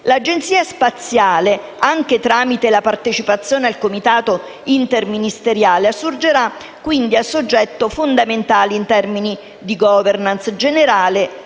l'ASI anche tramite la partecipazione al comitato interministeriale, assurgerà a soggetto fondamentale in termini di *governance* generale